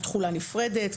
יש תכולה נפרדת.